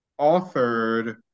authored